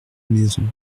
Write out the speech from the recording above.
maisons